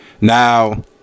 Now